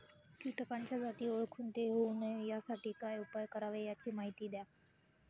किटकाच्या जाती ओळखून ते होऊ नये यासाठी काय उपाय करावे याची माहिती द्या